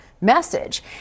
message